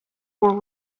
were